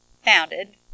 founded